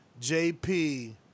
JP